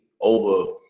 over